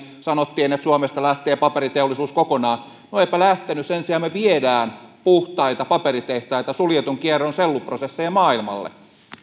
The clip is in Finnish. sanottiin että suomesta lähtee paperiteollisuus kokonaan no eipä lähtenyt sen sijaan me viemme puhtaita paperitehtaita suljetun kierron selluprosesseja maailmalle